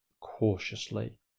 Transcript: cautiously